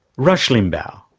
rush limbaugh.